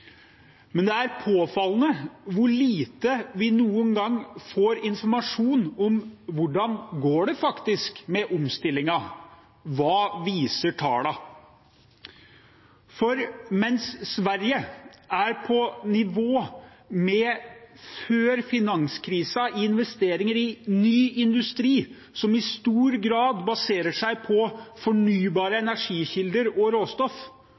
Men det er påfallende hvor lite informasjon vi får om hvordan det faktisk går med omstillingen. Hva viser tallene? Mens Sverige er på samme nivå som før finanskrisen når det gjelder investeringer i ny industri som i stor grad baserer seg på fornybare energikilder og råstoff,